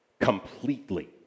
Completely